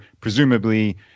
presumably